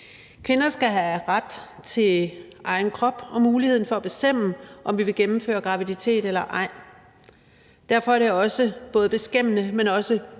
Kvinder skal have ret til egen krop og muligheden for at bestemme, om vi vil gennemføre graviditet eller ej. Derfor er det også både beskæmmende, men også dybt